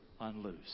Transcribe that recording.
Unloose